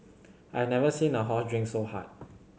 I never seen a horse drink so hard